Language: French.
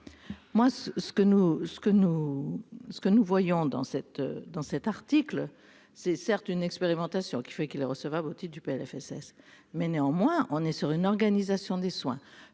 nous ce que nous voyons dans cette, dans cet article, c'est certes une expérimentation qui fait qu'il est recevable otite du PLFSS mais néanmoins, on est sur une organisation des soins